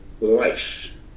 Life